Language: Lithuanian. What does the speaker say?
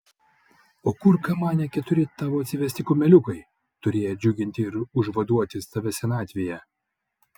o kur kamane keturi tavo atsivesti kumeliukai turėję džiuginti ir užvaduoti tave senatvėje